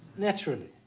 naturally